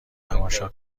تماشا